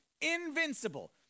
invincible